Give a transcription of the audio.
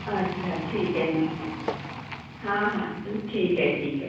अच्छा ठीक आहे ना हां हां ठीक आहे ठीक आहे